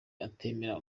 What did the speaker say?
atemera